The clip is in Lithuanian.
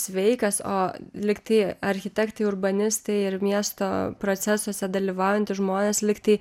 sveikas o liktai architektai urbanistai ir miesto procesuose dalyvaujantys žmonės lyg tai